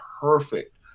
perfect